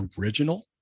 original